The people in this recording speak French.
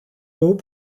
haut